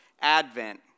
Advent